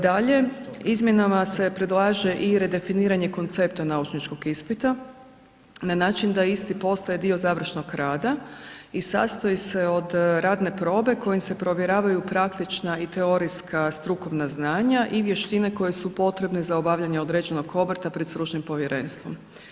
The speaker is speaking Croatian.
Dalje, izmjenama se predlaže i redefiniranje koncepta naučničkog ispita na način da isti postaje dio završnog rada i sastoji se od radne probe kojim se provjeravaju praktična i teorijska strukovna znanja i vještine koje su potrebne za obavljanje određenog obrta pred stručnim povjerenstvom.